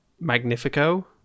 Magnifico